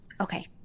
Okay